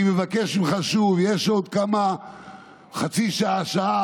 אני מבקש ממך שוב: יש עוד חצי שעה-שעה